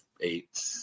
eight